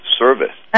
service